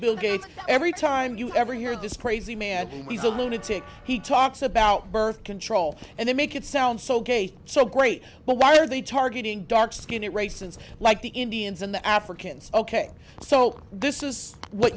bill gates every time you ever hear this crazy man and we've a lunatic he talks about birth control and they make it sound so gay so great but why are they targeting dark skin at races like the indians and the africans ok so this is what